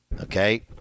Okay